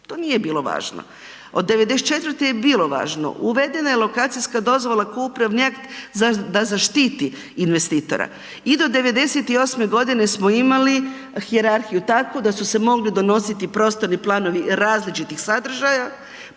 to nije bilo važno. Od 94.-e je bilo važno. Uvedena je lokacijska dozvola kao upravni akt da zaštiti investitora i do 98.-e godine smo imali hijerarhiju takvu da su se mogli donositi prostorni planovi različitih sadržaja,